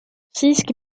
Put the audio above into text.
siiski